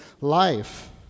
life